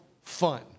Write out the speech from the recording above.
fun